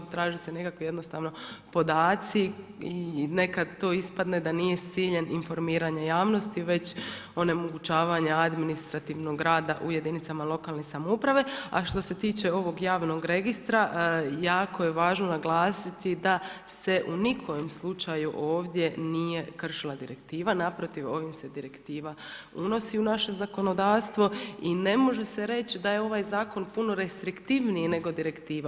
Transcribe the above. Traže se nekakvi jednostavno podaci i nekad to ispadne da nije s ciljem informiranja javnosti već onemogućavanja administrativnog rada u jedinicama lokalne samouprave, a što se tiče ovog javnog registra, jako je važno naglasiti da se u ni kojem slučaju ovdje nije kršila direktiva, naprotiv, ovim se direktiva unosi u naše zakonodavstvo i ne može se reći da je ovaj zakon puno restriktivniji nego direktiva.